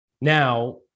Now